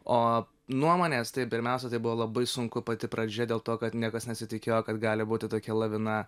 o nuomonės tai pirmiausia tai buvo labai sunku pati pradžia dėl to kad niekas nesitikėjo kad gali būti tokia lavina